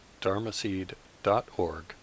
dharmaseed.org